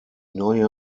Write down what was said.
neue